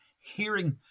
hearing